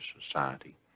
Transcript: society